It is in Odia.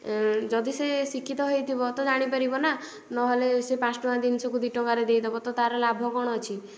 ଯଦି ସେ ଶିକ୍ଷିତ ହେଇଥିବ ତ ଜାଣି ପାରିବ ନା ନହେଲେ ସେ ପାଞ୍ଚ ଟଙ୍କା ଜିନିଷକୁ ଦୁଇ ଟଙ୍କାରେ ଦେଇଦେବ ତ ତା'ର ଲାଭ କ'ଣ ଅଛି